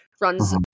runs